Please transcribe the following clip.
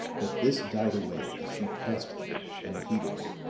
but this died away as she passed them, unheeding.